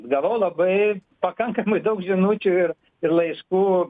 gavau labai pakankamai daug žinučių ir ir laiškų